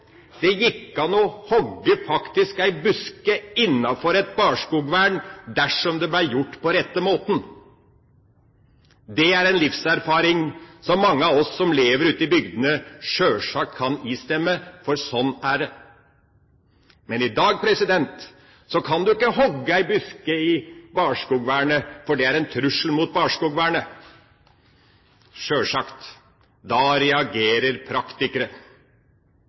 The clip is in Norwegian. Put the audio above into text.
Det gikk faktisk an å hogge en busk innenfor et barskogvern dersom det ble gjort på rette måten. Det er en livserfaring som mange av oss som lever ute i bygdene, sjølsagt kan istemme, for sånn er det. Men i dag kan en ikke hogge en busk i barskogvernet, for det er en trussel mot barskogvernet – sjølsagt. Da reagerer